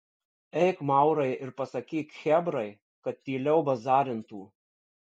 eik maurai ir pasakyk chebrai kad tyliau bazarintų